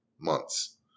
months